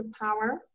power